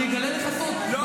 אני אגלה לך סוד: בתקופה שלך,